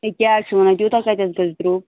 ہے کیٛاہ حَظ چھِو ونان تیٛوٗتاہ کَتہِ حَظ گژھِ درٛۅگ